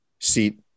seat